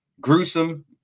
gruesome